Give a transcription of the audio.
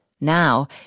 Now